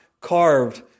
carved